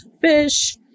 fish